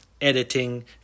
editing